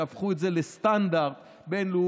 שהפכו את זה לסטנדרט בין-לאומי,